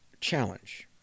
challenge